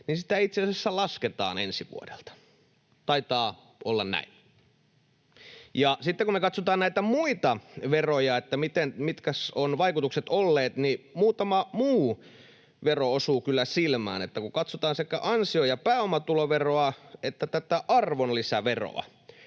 niin sitä itse asiassa lasketaan ensi vuodelta. Taitaa olla näin. Sitten, kun me katsotaan näitä muita veroja, että mitkäs ovat vaikutukset olleet, niin muutama muu vero osuu kyllä silmään. Kun katsotaan sekä ansio- ja pääomatuloveroa että tätä arvonlisäveroa,